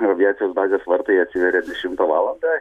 aviacijos bazės vartai atsiveria dešimtą valandą